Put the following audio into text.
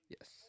Yes